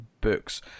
books